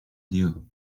deal